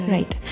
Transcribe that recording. Right